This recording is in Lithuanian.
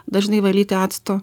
dažnai valyti acto